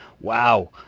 Wow